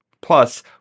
plus